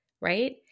right